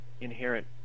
inherent